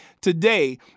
today